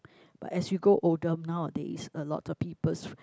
but as you grow older nowadays a lot of peoples